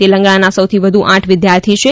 તેલંગણાના સૌથી વધુ આઠ વિદ્યાર્થી છે